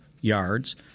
yards